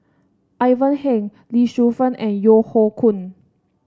Ivan Heng Lee Shu Fen and Yeo Hoe Koon